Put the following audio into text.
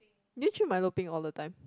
do you drink milo peng all the time